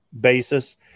basis